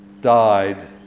died